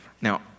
Now